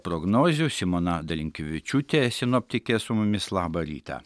prognozių simona dalinkevičiūtė sinoptikė su mumis labą rytą